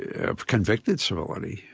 of convicted civility.